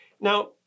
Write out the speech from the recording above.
Now